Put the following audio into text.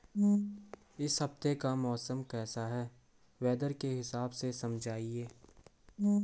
इस हफ्ते का मौसम कैसा है वेदर के हिसाब से समझाइए?